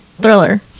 thriller